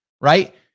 right